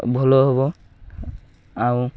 ଭଲ ହବ ଆଉ